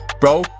Bro